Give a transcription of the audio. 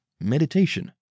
meditation